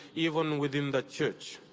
even within the church.